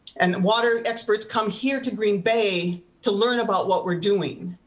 and water experts come here to green bay to learn about what we're doing.